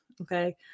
Okay